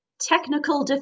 Technical